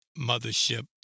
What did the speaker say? mothership